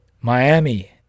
Miami